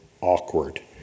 awkward